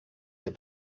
the